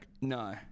No